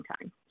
time